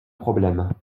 problème